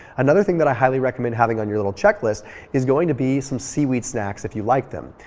another thing that i highly recommend having on your little checklist is going to be some seaweed snacks if you like them.